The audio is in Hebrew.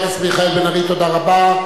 חבר הכנסת מיכאל בן-ארי, תודה רבה.